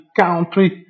country